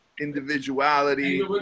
individuality